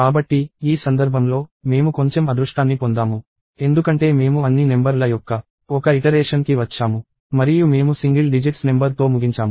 కాబట్టి ఈ సందర్భంలో మేము కొంచెం అదృష్టాన్ని పొందాము ఎందుకంటే మేము అన్ని నెంబర్ ల యొక్క ఒక పునరుక్తికి వచ్చాము మరియు మేము సింగిల్ డిజిట్స్ నెంబర్ తో ముగించాము